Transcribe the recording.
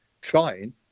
trying